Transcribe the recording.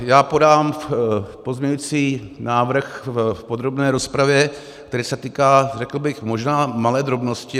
Já podám pozměňovací návrh v podrobné rozpravě, který se týká, řekl bych, možná malé drobnosti.